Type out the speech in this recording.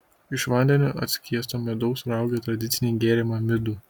iš vandeniu atskiesto medaus raugė tradicinį gėrimą midų